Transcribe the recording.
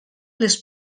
les